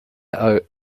owe